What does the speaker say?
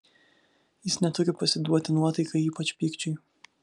jis neturi pasiduoti nuotaikai ypač pykčiui